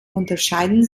unterscheiden